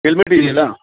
helmet ಇದೆಯಲ್ಲ